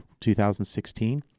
2016